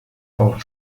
auch